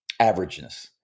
averageness